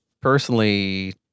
personally